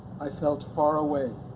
i felt far away,